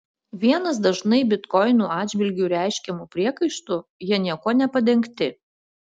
vienas dažnai bitkoinų atžvilgiu reiškiamų priekaištų jie niekuo nepadengti